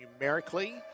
numerically